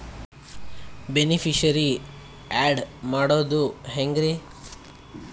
Beneficiary, add ಮಾಡೋದು ಹೆಂಗ್ರಿ?